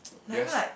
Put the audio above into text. like I feel like